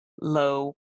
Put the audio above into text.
low